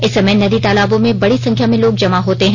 इस समय नदी तालाबों में बड़ी संख्या में लोग जमा होते हैं